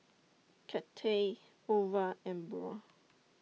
Cathey Ova and Burl